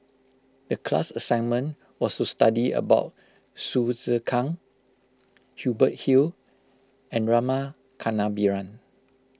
the class assignment was to study about Hsu Tse Kwang Hubert Hill and Rama Kannabiran